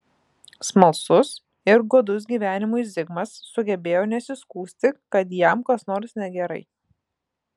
smalsus ir godus gyvenimui zigmas sugebėjo nesiskųsti kad jam kas nors negerai